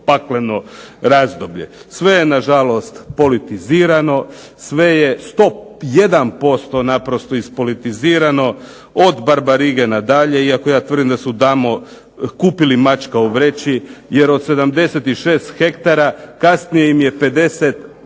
pakleno razdoblje. Sve je nažalost politizirano, sve je 101% naprosto ispolitizirano, od Barbarige nadalje iako ja tvrdim da su tamo kupili mačka u vreći jer od 76 hektara kasnije im je 50% te